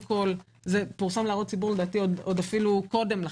זה פורסם להערות הציבור לדעתי עוד אפילו קודם לכן.